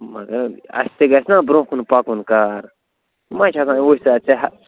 مگر اَسہِ تہِ گژھِ نا برٛونٛہہ کُن پَکُن کار یہِ ما چھُ آسان وُچھ سا ژےٚ ہا